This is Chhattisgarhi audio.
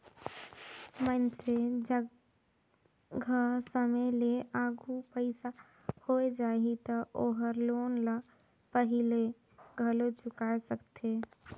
मइनसे जघा समे ले आघु पइसा होय जाही त ओहर लोन ल पहिले घलो चुकाय सकथे